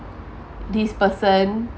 this person